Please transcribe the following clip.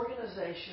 organization